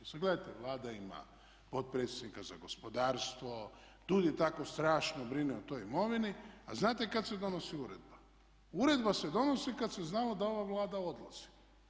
Sad gledajte Vlada ima potpredsjednika za gospodarstvo, DUUDI tako strašno brine o toj imovini a znate kad se donosi uredba, uredba se donosi kad se znalo da ova Vlada dolazi.